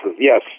Yes